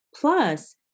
Plus